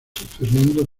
fernando